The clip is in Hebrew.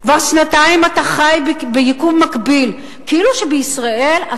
כבר שנתיים אתה חי ביקום מקביל כאילו בישראל,